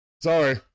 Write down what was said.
sorry